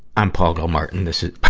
i'm paul gulmartin. this is,